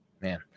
Man